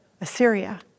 Assyria